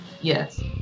Yes